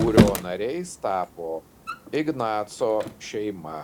kurio nariais tapo ignaco šeima